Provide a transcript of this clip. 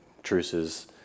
Truces